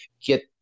get